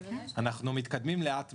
אנחנו מתקדמים לאט מדי.